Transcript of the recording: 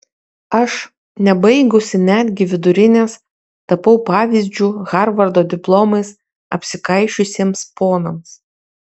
aš nebaigusi netgi vidurinės tapau pavyzdžiu harvardo diplomais apsikaišiusiems ponams